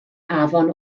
afon